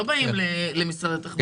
לא באים למשרד התחבורה.